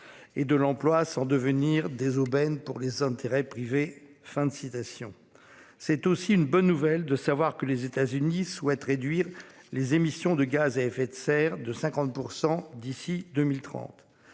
Et de l'emploi sans devenir des aubaines pour les intérêts privés. Fin de citation. C'est aussi une bonne nouvelle, de savoir que les États-Unis souhaitent réduire les émissions de gaz à effet de serre de 50% d'ici 2030